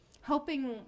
helping